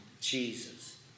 Jesus